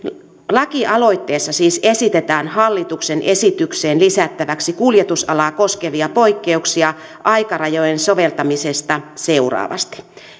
lakialoitteessa siis esitetään hallituksen esitykseen lisättäväksi kuljetusalaa koskevia poikkeuksia aikarajojen soveltamisesta seuraavasti